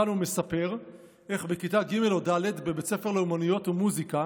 כאן הוא מספר איך בכיתה ג' או ד' בבית ספר לאומנויות ומוזיקה